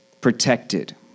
Protected